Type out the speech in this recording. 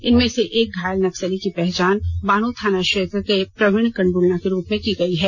इनमें से एक घायल नक्सली की पहचान बानो थाना क्षेत्र के प्रवीण कंडुलना के रूप में की गई है